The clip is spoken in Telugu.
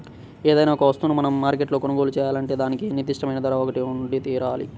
ఏదైనా ఒక వస్తువును మనం మార్కెట్లో కొనుగోలు చేయాలంటే దానికి నిర్దిష్టమైన ధర ఒకటి ఉండితీరాలి